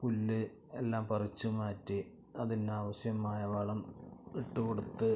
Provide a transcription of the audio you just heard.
പുല്ല് എല്ലാം പറിച്ച് മാറ്റി അതിനാവശ്യമായ വളം ഇട്ട് കൊടുത്ത്